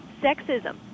Sexism